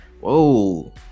Whoa